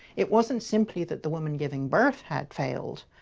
it wasn't simply that the woman giving birth had failed,